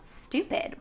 stupid